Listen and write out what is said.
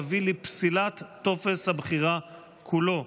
יביא לפסילת טופס הבחירה כולו.